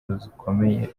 rukomeye